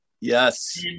Yes